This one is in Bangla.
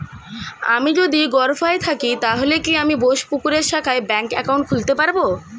আমি যদি গরফায়ে থাকি তাহলে কি আমি বোসপুকুরের শাখায় ব্যঙ্ক একাউন্ট খুলতে পারবো?